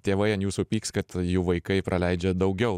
tėvai ant jūsų pyks kad jų vaikai praleidžia daugiau